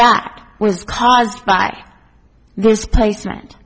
that was caused by this placement